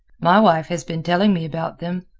my wife has been telling me about them.